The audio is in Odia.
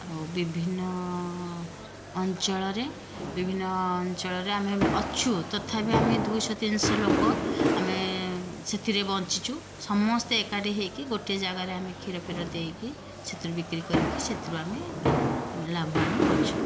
ଆଉ ବିଭିନ୍ନ ଅଞ୍ଚଳରେ ବିଭିନ୍ନ ଅଞ୍ଚଳରେ ଆମେ ଅଛୁ ତଥାବି ଆମେ ଦୁଇଶହ ତିନିଶହ ଲୋକ ଆମେ ସେଥିରେ ବଞ୍ଚିଛୁ ସମସ୍ତେ ଏକାଠି ହେଇକି ଗୋଟେ ଯାଗାରେ ଆମେ କ୍ଷୀର ଫିର ଦେଇକି ସେଥିରୁ ବିକିରି କରିକି ସେଥିରୁ ଆମେ ଲାଭବାନ ହେଉଛୁ